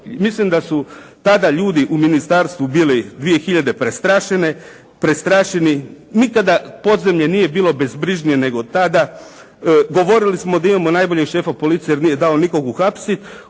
Mislim da su tada ljudi u Ministarstvu bili 2000. prestrašene, prestrašeni. Nikada podzemlje nije bilo bezbrižnije nego tada. Govorili smo da imamo najboljeg šefa policije jer nije dao nikog uhapsiti.